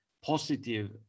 positive